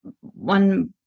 one